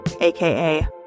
aka